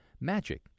Magic